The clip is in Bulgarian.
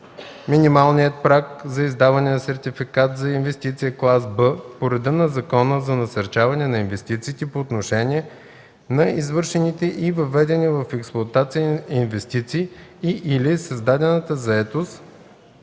минималният праг за издаване на сертификат за инвестиция клас Б по реда на Закона за насърчаване на инвестициите по отношение на извършените и въведени в експлоатация инвестиции и/или създадената заетост